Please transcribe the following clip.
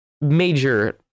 major